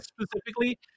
specifically